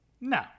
No